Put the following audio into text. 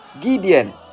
gideon